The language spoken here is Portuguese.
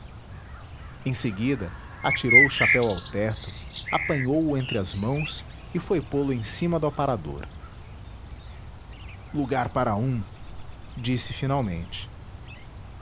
em seguida atirou o chapéu ao tecto apanhou-o entre as mãos e foi pô-lo em cima do aparador lugar para um disse finalmente